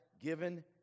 given